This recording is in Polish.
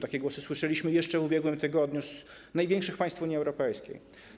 Takie głosy słyszeliśmy jeszcze w ubiegłym tygodniu z największych państw Unii Europejskiej.